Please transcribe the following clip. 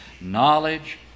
knowledge